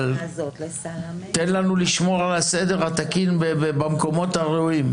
אבל תן לנו לשמור על הסדר התקין במקומות הראויים.